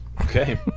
Okay